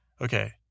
Okay